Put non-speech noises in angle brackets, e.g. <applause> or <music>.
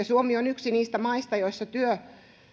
<unintelligible> suomi on yksi niistä maista joissa työssä